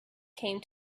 came